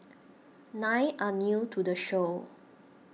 nine are new to the show